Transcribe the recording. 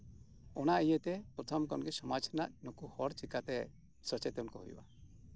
ᱚᱱᱟ ᱤᱭᱟᱹᱛᱮ ᱯᱨᱚᱛᱷᱚᱢ ᱠᱷᱚᱱ ᱜᱮ ᱥᱚᱢᱟᱡᱽ ᱨᱮᱭᱟᱜ ᱱᱩᱠᱩ ᱦᱚᱲ ᱪᱤᱠᱟᱹᱛᱮ ᱥᱚᱪᱮᱛᱚᱱ ᱠᱚ ᱦᱩᱭᱩᱜᱼᱟ